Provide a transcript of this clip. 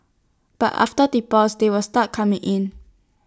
but after that pause they will start coming in